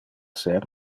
ser